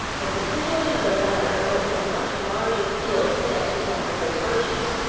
but the situation of the latter opened a much larger field for the exercise of those virtues.